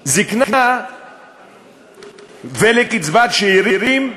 זיקנה ולקצבת שאירים,